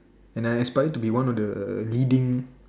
and I aspire to be one of the leading